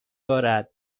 دارد